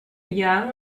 young